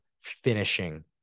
finishing